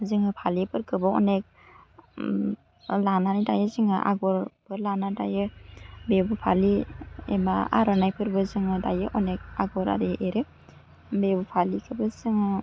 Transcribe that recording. जोङो फालिफोरखौबो अनेक लानानै दायो जोंहा आग'रबो लानानै दायो बिहु फालि एबा आर'नाइफोरबो जोङो दायो अनेक आगर आरि एरो बिहु फालिखौबो जोङो